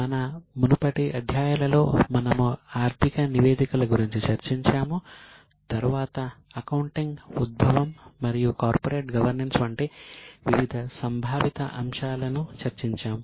మన మునుపటి అధ్యాయాలలో మనము ఆర్థిక నివేదికల గురించి చర్చించాము తరువాత అకౌంటింగ్ ఉద్భవం మరియు కార్పొరేట్ గవర్నెన్స్ వంటి వివిధ సంభావిత అంశాలను చర్చించాము